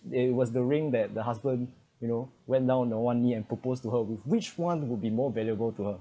it was the ring that the husband you know went down on the one knee and proposed to her with which one would be more valuable to her